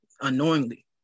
unknowingly